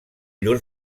llur